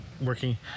working